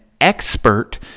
expert